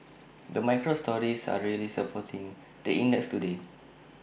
the micro stories are really supporting the index today